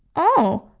oh,